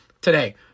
today